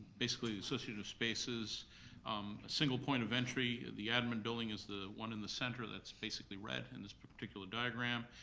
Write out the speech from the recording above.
basically associative spaces. a single point of entry, the admin building is the one in the center that's basically red in this particular diagram,